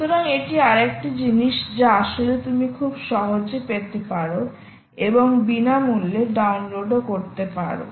সুতরাং এটি আর একটি জিনিস যা আসলে তুমি খুব সহজে পেতে পারো এবং বিনামূল্যে ডাউনলোড করতে পারো